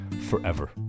forever